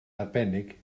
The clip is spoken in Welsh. arbennig